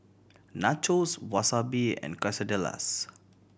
Nachos Wasabi and Quesadillas